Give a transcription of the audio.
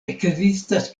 ekzistas